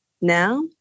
now